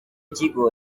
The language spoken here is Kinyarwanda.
kigo